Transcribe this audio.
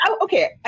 okay